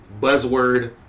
buzzword